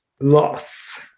loss